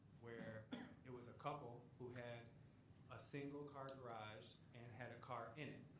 where it was a couple who had a single car garage, and had a car in it.